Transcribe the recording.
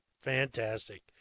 fantastic